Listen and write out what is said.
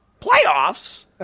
Playoffs